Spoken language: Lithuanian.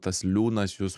tas liūnas jus